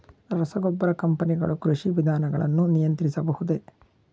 ರಸಗೊಬ್ಬರ ಕಂಪನಿಗಳು ಕೃಷಿ ವಿಧಾನಗಳನ್ನು ನಿಯಂತ್ರಿಸಬಹುದೇ?